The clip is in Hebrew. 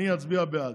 אני אצביע בעד.